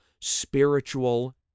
spiritual